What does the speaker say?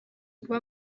kuba